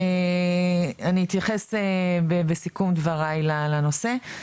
אני אתייחס בסיכום דבריי לנושא.